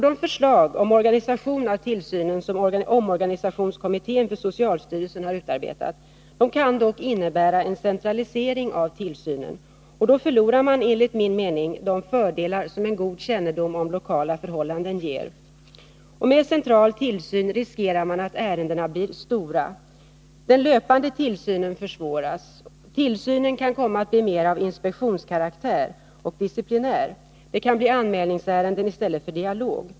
De förslag om organisation av tillsynen som omorganisationskommittén för socialstyrelsen utarbetat kan dock innebära en centralisering av tillsynen. Då förlorar man enligt min mening de fördelar som en god kännedom om lokala förhållanden ger. Med central tillsyn riskerar man att ärendena blir stora. Den löpande tillsynen försvåras. Tillsynen kan komma att bli mer av inspektionskaraktär och disciplinär. Det kan bli anmälningsärenden i stället för dialog.